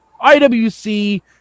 IWC